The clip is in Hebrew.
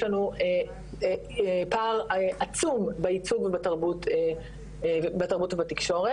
לנו פער עצום בייצוג בתרבות ובתקשורת.